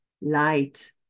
light